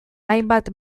hainbat